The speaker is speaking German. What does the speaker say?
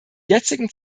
jetzigen